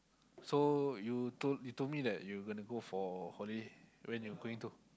so you told you told me that you gonna go for holiday when you going to